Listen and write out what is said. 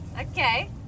Okay